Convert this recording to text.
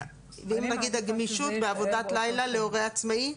"גמישות בעבודת לילה להורה עצמאי"?